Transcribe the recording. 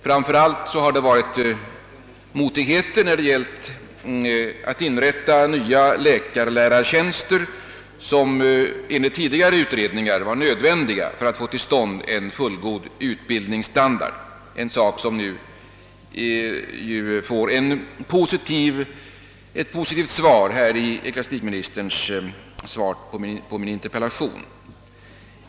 Framför allt har det stött på svårigheter att inrätta nya läkarlärartjänster, som enligt tidigare utredningar är nödvändiga för att få till stånd en god utbildningsstandard, något som ju på ett positivt sätt beaktats i ecklesiastikministerns svar på min interpellation.